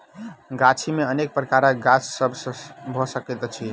गाछी मे अनेक प्रकारक गाछ सभ भ सकैत अछि